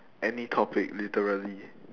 any topic literally